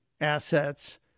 assets